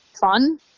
fun